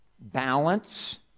balance